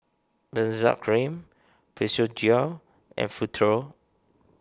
Benzac Cream Physiogel and Futuro